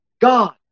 God